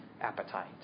appetite